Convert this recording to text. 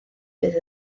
bydd